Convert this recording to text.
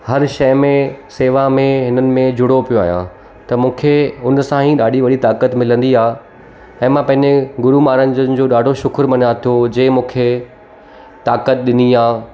हर शइ में सेवा में हिननि में जुड़ियो पयो आहियां त मूंखे हुन सां ई ॾाढी वॾी ताक़त मिलंदी आहे ऐं मां पंहिंजे गुरू माहाराजनि जो ॾाढो शुख़ुरु मञां थो जंहिं मूंखे ताक़त ॾिनी आहे